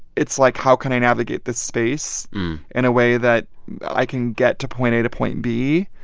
it's like, how can i navigate this space in a way that i can get to point a to point b?